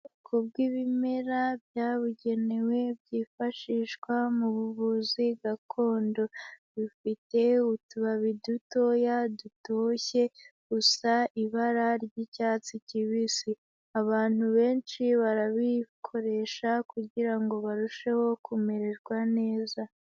Ku bwibimera byabugenewe byifashishwa mubu buvuzi gakondo, bifite utubabi dutoya dutoshye gusa ibara ry'icyatsi kibisi, abantu benshi barabikoresha kugirango barusheho kumererwa neza.